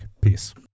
peace